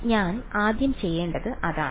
അതിനാൽ ഞാൻ ആദ്യം ചെയ്യേണ്ടത് അതാണ്